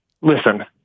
Listen